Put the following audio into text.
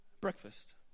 breakfast